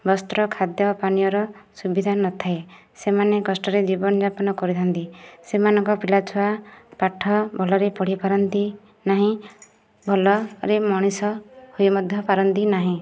ବସ୍ତ୍ର ଖାଦ୍ୟ ପାନୀୟର ସୁବିଧା ନଥାଏ ସେମାନେ କଷ୍ଟରେ ଜୀବନଯାପନ କରିଥା'ନ୍ତି ସେମାନଙ୍କ ପିଲାଛୁଆ ପାଠ ଭଲରେ ପଢ଼ି ପାରନ୍ତି ନାହିଁ ଭଲରେ ମଣିଷ ହୋଇ ମଧ୍ୟ ପାରନ୍ତି ନାହିଁ